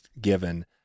given